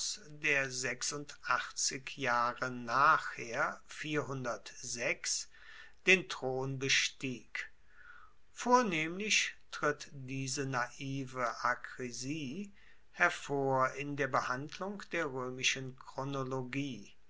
der sechsundachtzig jahre nachher den thron bestieg vornehmlich tritt diese naive akrisie hervor in der behandlung der roemischen chronologie